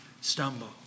stumble